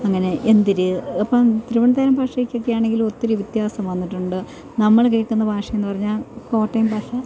അങ്ങനെ എന്തര് അപ്പോള് തിരുവനന്തപുരം ഭാഷയ്ക്കൊക്കെയാണെങ്കിൽ ഒത്തിരി വ്യത്യാസം വന്നിട്ടുണ്ട് നമ്മള് കേള്ക്കുന്ന ഭാഷയെന്ന് പറഞ്ഞാല് കോട്ടയം ഭാഷ